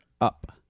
up